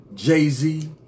Jay-Z